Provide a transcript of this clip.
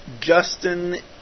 Justin